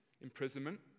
imprisonment